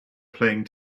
playing